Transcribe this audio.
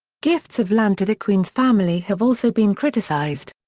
gifts of land to the queen's family have also been criticised.